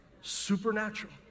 supernatural